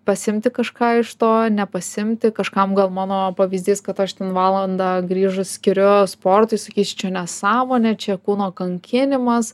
pasiimti kažką iš to nepasiimti kažkam gal mano pavyzdys kad aš ten valandą grįžus skiriu sportui sakys čia nesąmonė čia kūno kankinimas